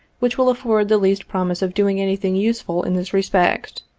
which will afford the least promise of doing anything useful in this respect.